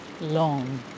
long